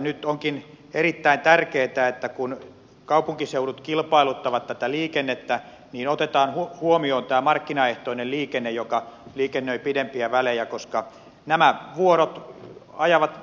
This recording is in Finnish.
nyt onkin erittäin tärkeätä että kun kaupunkiseudut kilpailuttavat tätä liikennettä niin otetaan huomioon tämä markkinaehtoinen liikenne joka liikennöi pidempiä välejä koska nämä vuorot ajavat